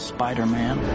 Spider-Man